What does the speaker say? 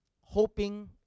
hoping